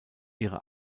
ihre